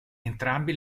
entrambe